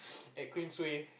at Queensway